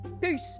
Peace